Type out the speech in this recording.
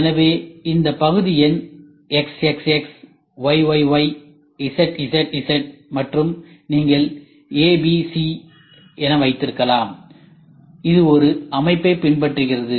எனவே இந்த பகுதி எண் x x x y y y z z z மற்றும் நீங்கள் ABC வைத்திருக்கலாம் இது ஒரு அமைப்பைப் பின்பற்றுகிறது